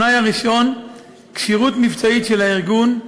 התנאי הראשון: כשירות מבצעית של הארגון,